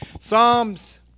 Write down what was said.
psalms